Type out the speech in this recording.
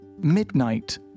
Midnight